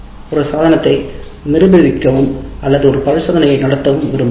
ஒரு சாதனத்தை நிரூபிக்கவும் அல்லது ஒரு பரிசோதனையை நடத்தவும் விரும்பலாம்